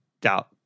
doubt –